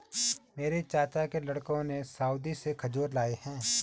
मेरे चाचा के लड़कों ने सऊदी से खजूर लाए हैं